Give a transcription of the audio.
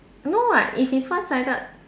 no [what] if it's one sided